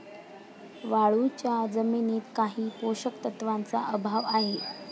वाळूच्या जमिनीत काही पोषक तत्वांचा अभाव आहे